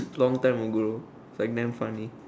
long time ago like damn funny